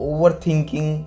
Overthinking